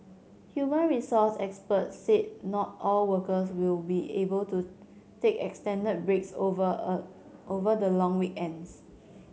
human resource experts said not all workers will be able to take extended breaks over over the long weekends